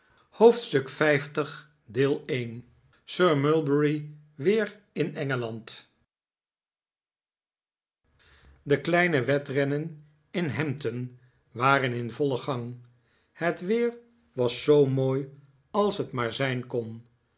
hoofdstuk l sir mulberry weer in engeland de kleine wedrennen in hampton waren in vollen gang het weer was zoo mooi als het maar zijn kon